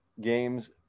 games